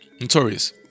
Notorious